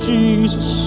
Jesus